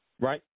right